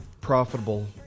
profitable